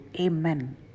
Amen